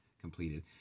completed